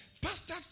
pastor